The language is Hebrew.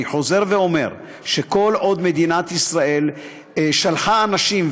אני חוזר ואומר שכל עוד מדינת ישראל שלחה אנשים,